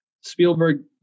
Spielberg